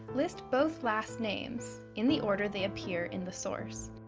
list both last names in the order they appear in the source,